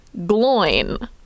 Gloin